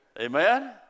Amen